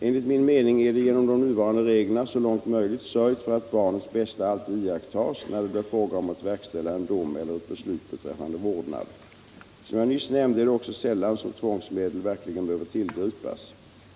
Enligt min mening är det genom de nuvarande reglerna så långt möjligt sörjt för att barnets bästa alltid iakttas när det blir fråga om att verkställa en dom eller ett beslut beträffande vårdnad. Som jag nyss nämnde är det också sällan som tvångsmedel verkligen behöver tillgripas.